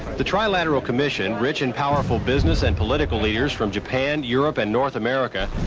the trilateral commission, rich and powerful business and political leaders. from japan, europe and north america,